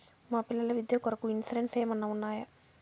మా పిల్లల విద్య కొరకు ఇన్సూరెన్సు ఏమన్నా ఉన్నాయా?